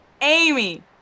Amy